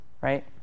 right